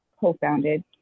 co-founded